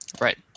Right